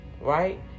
right